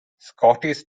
scottish